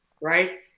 right